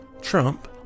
Trump